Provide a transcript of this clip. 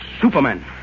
Superman